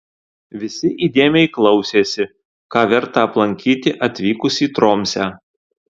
visi įdėmiai klausėsi ką verta aplankyti atvykus į tromsę